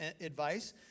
advice